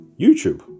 YouTube